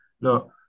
look